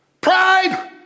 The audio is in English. pride